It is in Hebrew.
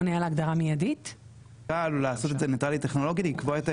להם להימנע מלפתוח את הדברים ולקרוא אותם.